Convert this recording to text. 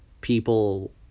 people